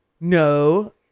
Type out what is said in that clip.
no